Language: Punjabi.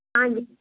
ਹਾਂਜੀ